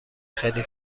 خیلی